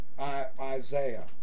Isaiah